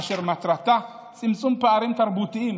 אשר מטרתה צמצום פערים תרבותיים,